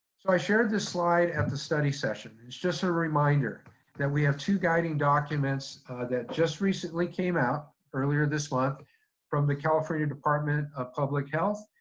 so i shared this slide at the study session. it's just a reminder that we have two guiding documents that just recently came out earlier this month from the california department of public health,